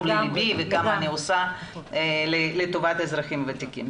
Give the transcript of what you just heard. לליבי וכמה אני עושה לטובת אזרחים ותיקים.